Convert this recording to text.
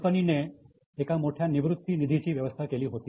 कंपनीने एका मोठ्या निवृत्ती निधीची व्यवस्था केली होती